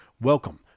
Welcome